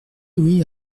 oui